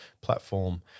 platform